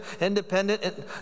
independent